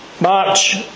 March